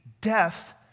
death